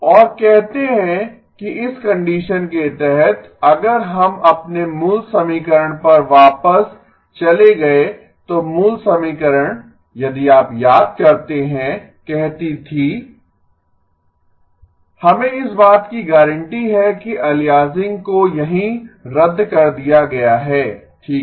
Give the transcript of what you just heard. और कहते हैं कि इस कंडीशन के तहत अगर हम अपने मूल समीकरण पर वापस चले गए तो मूल समीकरण यदि आप याद करते हैं कहती थी हमें इस बात की गारंटी है कि अलियासिंग को यहीं रद्द कर दिया गया है ठीक है